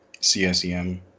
CSEM